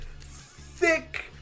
thick